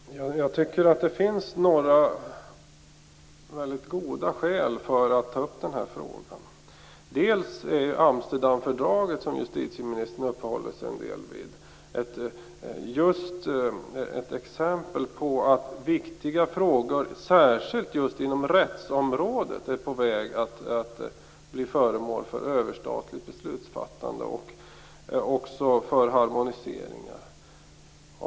Fru talman! Jag tycker att det finns några mycket goda skäl för att ta upp den här frågan. Amsterdamfördraget, som justitieministern uppehåller sig en del vid, är just ett exempel på att viktiga frågor, särskilt inom rättsområdet, är på väg att bli föremål för överstatligt beslutsfattande och också för harmoniseringar.